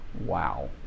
Wow